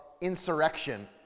insurrection